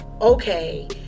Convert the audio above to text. okay